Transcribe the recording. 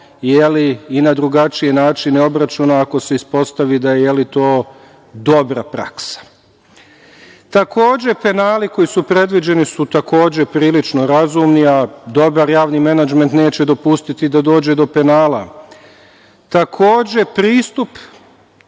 i na drugačiji način obračuna, ako se ispostavi da je to dobra praksa. Takođe, penali koji su predviđeni su takođe prilično razumni, a dobar javni menadžment neće dopustiti da dođe do penala. Pristup,